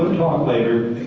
talk later.